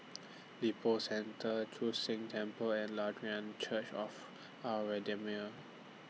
Lippo Centre Chu Sheng Temple and Lutheran Church of Our Redeemer